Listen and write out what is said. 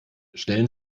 stellen